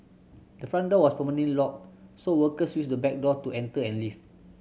the front door was permanently locked so workers used the back door to enter and leave